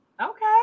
Okay